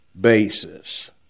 basis